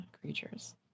creatures